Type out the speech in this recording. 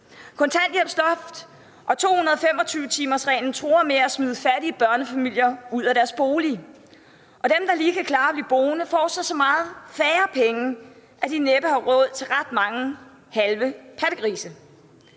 Kontanthjælpsloftet og 225-timersreglen truer med at smide fattige børnefamilier ud af deres bolig, og dem, der lige kan klare at blive boende, får så mange færre penge, at de næppe har råd til ret mange halve pattegrise.